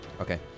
Okay